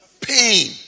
Pain